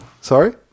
Sorry